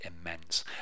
immense